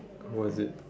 what is it